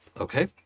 Okay